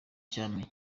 cyami